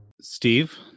Steve